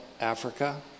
Africa